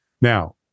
Now